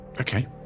okay